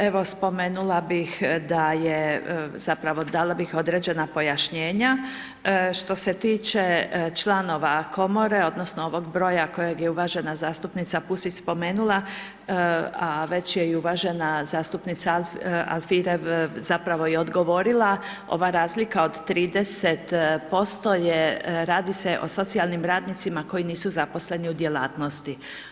Evo, spomenula bih da je, zapravo, dala bih određena pojašnjenja, što se tiče članova Komore odnosno ovog broja kojeg je uvažena zastupnica Pusić spomenula, a već je i uvažena zastupnica Alfirev, zapravo i odgovorila, ova razlika od 30% je, radi se o socijalnim radnicima koji nisu zaposleni u djelatnosti.